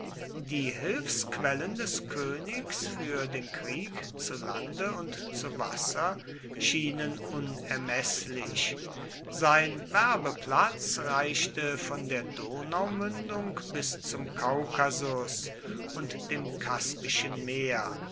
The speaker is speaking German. die hilfsquellen des königs für den krieg zu lande und zu wasser schienen unermeßlich sein werbeplatz reichte von der donaumündung bis zum kaukasus und dem kaspischen meer